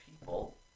people